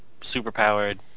superpowered